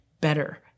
better